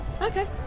Okay